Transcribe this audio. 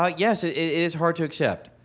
ah yes. it it is hard to accept